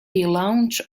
lounge